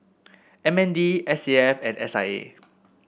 M N D S A F and S I A